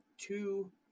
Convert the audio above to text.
two